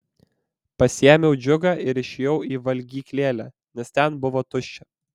pasiėmiau džiugą ir išėjau į valgyklėlę nes ten buvo tuščia